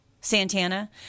santana